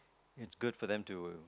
it's good for them to